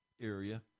area